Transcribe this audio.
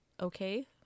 okay